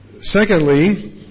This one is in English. Secondly